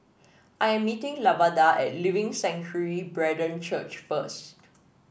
I am meeting Lavada at Living Sanctuary Brethren Church first